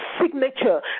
signature